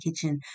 kitchen